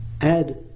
add